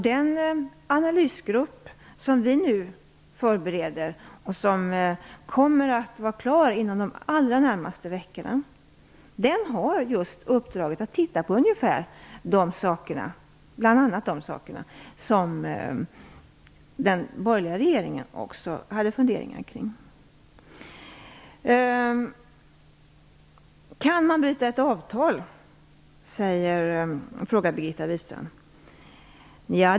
Den analysgrupp som vi nu förbereder och som kommer att vara klar inom de allra närmaste veckorna har uppdraget att titta just bl.a. på de frågor som den borgerliga regeringen också hade funderingar kring. Sedan frågar Birgitta Wistrand om man kan bryta ett avtal.